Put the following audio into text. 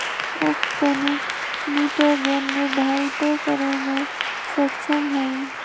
उख तनिक निटोगेन निर्धारितो करे में सक्षम हई